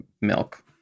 milk